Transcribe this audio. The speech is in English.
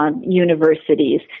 Universities